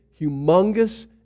humongous